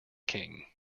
king